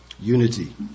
unity